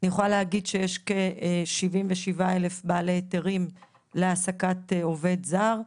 אני יכולה להגיד שיש כ-77,000 בעלי היתרים להעסקת עובד זר.